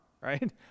right